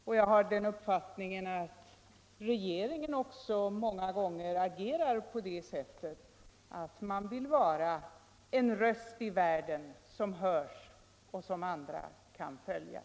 Och jag har den uppfattningen att regeringen också många gånger vill vara i världen en röst som hörs och som helst följs.